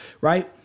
right